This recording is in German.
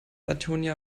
antonia